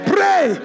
Pray